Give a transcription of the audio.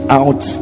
out